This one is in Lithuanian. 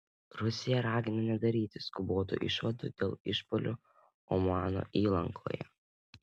rusija ragina nedaryti skubotų išvadų dėl išpuolių omano įlankoje